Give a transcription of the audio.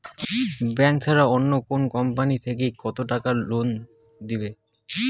Bank ছাড়া অন্য কোনো কোম্পানি থাকি কত টাকা লোন দিবে?